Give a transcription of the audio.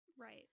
right